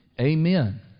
Amen